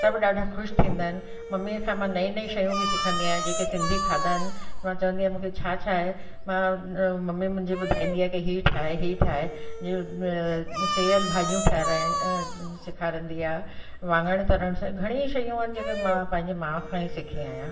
सभु ॾाढा ख़ुशि थींदा आहिनि मम्मीअ खां मां नयूं शयूं बि सिखंदी आहियां जेके सिंधी खाधा आहिनि मां चवंदी आहियां मूंखे छा छा आहे मां मम्मी मुंहिंजी ॿुधाईंदी आहे की हीउ ठाहे हीउ ठाहे सेअल भाॼियूं ठहाराए सेखारींदी आहे वाङण तरण घणे ईए शयूं आहिनि जेके मां पंहिंजे माउ खां ई सिखी